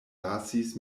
lasis